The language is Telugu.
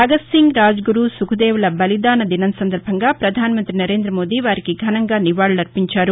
భగత్సింగ్ రాజ్గురు సుఖదేవ్ల బలిదాన దినం సందర్బంగా ప్రధాన మంతి నరేంద్ర మోదీ వారికి ఘనంగా నివాళులర్పించారు